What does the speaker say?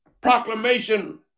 proclamation